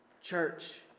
Church